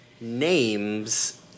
names